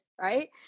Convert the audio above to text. right